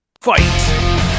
Fight